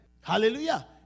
Hallelujah